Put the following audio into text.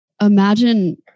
imagine